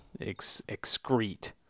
excrete